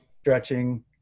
stretching